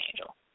angel